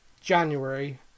January